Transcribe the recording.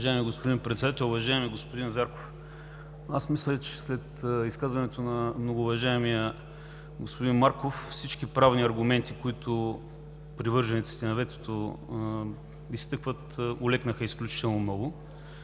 Уважаеми господин Председател! Уважаеми господин Зарков, аз мисля, че след изказването на многоуважаемия господин Марков всички правни аргументи, които привържениците на ветото изтъкват, олекнаха изключително много.